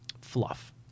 fluff